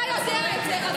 אתה יודע את זה.